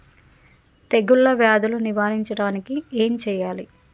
తెగుళ్ళ వ్యాధులు నివారించడానికి ఏం చేయాలి?